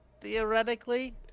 Theoretically